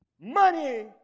Money